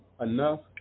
enough